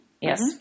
Yes